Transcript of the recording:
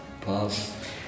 Pass